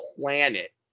planet